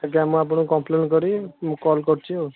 ଆଜ୍ଞା ମୁଁ ଆପଣଙ୍କୁ କମ୍ପ୍ଲେନ୍ କରି ମୁଁ କଲ୍ କରୁଛି ଆଉ